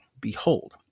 Behold